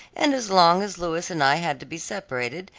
and as long as louis and i had to be separated,